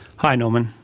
hi norman.